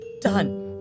done